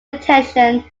intention